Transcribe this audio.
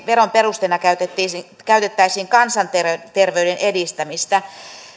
veron perusteena käytettäisiin kansanterveyden edistämistä